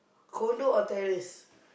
condo or terrace